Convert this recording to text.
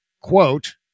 quote